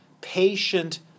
patient